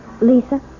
Lisa